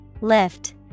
Lift